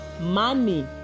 money